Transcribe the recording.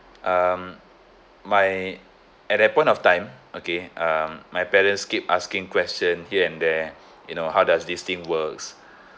um my at that point of time okay um my parents keep asking question here and there you know how does this thing works